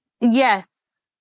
yes